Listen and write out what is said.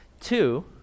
Two